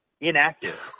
inactive